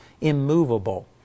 immovable